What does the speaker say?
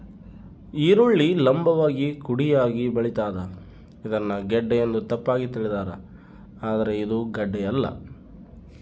ಈರುಳ್ಳಿ ಲಂಭವಾಗಿ ಕುಡಿಯಾಗಿ ಬೆಳಿತಾದ ಇದನ್ನ ಗೆಡ್ಡೆ ಎಂದು ತಪ್ಪಾಗಿ ತಿಳಿದಾರ ಆದ್ರೆ ಇದು ಗಡ್ಡೆಯಲ್ಲ